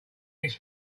its